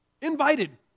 Invited